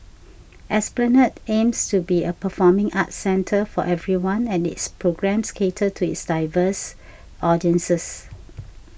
esplanade aims to be a performing arts centre for everyone and its programmes cater to its diverse audiences